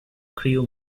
crew